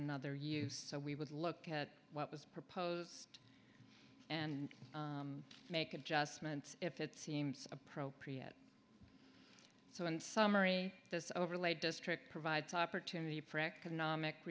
another use so we would look at what was proposed and make adjustments if it seems appropriate so in summary this overlay district provides opportunity for economic